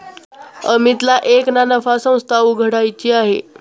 अमितला एक ना नफा संस्था उघड्याची आहे